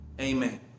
amen